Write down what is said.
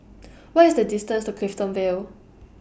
What IS The distance to Clifton Vale